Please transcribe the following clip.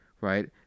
right